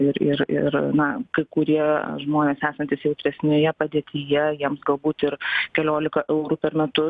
ir ir ir na kai kurie žmonės esantys jautresnėje padėtyje jiems galbūt ir keliolika eurų per metus